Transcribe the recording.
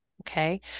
Okay